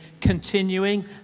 continuing